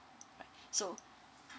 right so